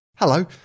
Hello